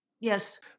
Yes